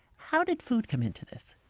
how did food come into this?